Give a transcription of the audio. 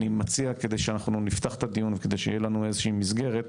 אני מציע כדי שאנחנו נפתח את הדיון וכדי שיהיה לנו איזושהי מסגרת,